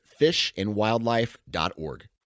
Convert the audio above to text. fishandwildlife.org